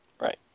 Right